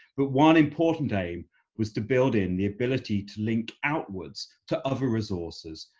but one important aim was to build in the ability to link outwards to other resources